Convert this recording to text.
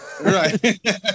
right